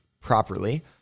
properly